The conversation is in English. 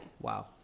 Wow